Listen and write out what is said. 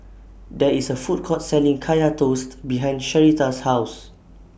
There IS A Food Court Selling Kaya Toast behind Sherita's House